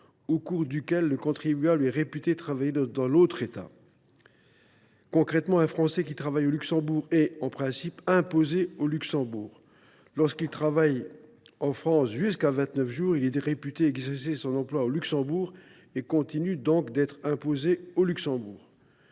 au cours duquel le contribuable est réputé travailler dans l’autre État. Concrètement, un Français qui travaille au Luxembourg est, en principe, imposé au Luxembourg. Lorsqu’il télétravaille en France jusqu’à 29 jours, il est réputé exercer son emploi au Luxembourg et continue donc d’être imposé dans ce pays.